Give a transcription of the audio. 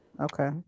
Okay